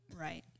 Right